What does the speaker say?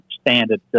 standard